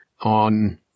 on